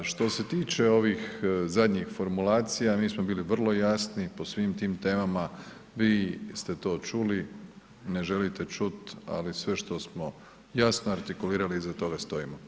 Što se tiče ovih zadnjih formulacija, mi smo bili vrlo jasni po svim tim temama, vi ste to čuli, ne želite čuti, ali sve što smo jasno artikulirali, iza toga stojimo.